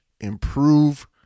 improve